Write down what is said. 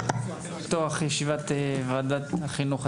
מתכבד לפתוח את ישיבת ועדת החינוך,